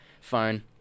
phone